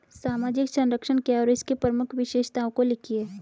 सामाजिक संरक्षण क्या है और इसकी प्रमुख विशेषताओं को लिखिए?